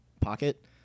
pocket